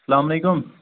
اَسلامُ عَلیکُم